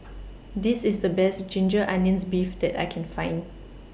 This IS The Best Ginger Onions Beef that I Can Find